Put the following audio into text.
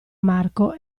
marco